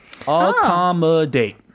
Accommodate